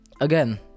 again